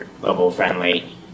global-friendly